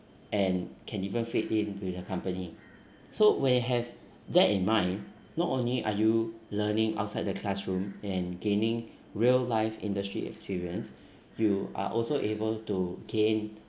and can even fit in with the company so when we have that in mind not only are you learning outside the classroom and gaining real life industry experience you are also able to gain